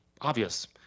obvious